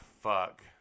Fuck